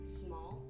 small